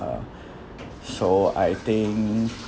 uh so I think